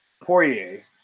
Poirier